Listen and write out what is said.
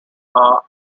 are